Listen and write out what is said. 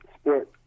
sport